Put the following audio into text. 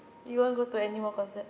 you won't go to anymore concerts